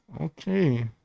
okay